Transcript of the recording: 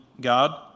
God